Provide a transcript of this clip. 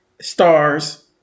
stars